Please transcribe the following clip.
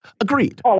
Agreed